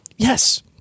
Yes